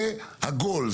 זה הגול,